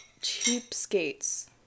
cheapskates